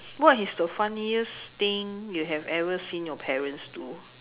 what is the funniest thing you have ever seen your parents do